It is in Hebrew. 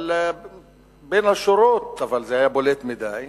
אבל בין השורות, אבל זה היה בולט מדי,